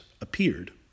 appeared